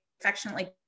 affectionately